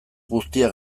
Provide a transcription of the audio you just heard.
guztia